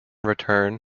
return